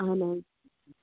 اَہَن حظ